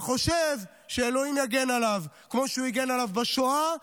וחושב שאלוהים יגן עליו כמו שהוא הגן עליו בשואה,